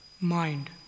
Mind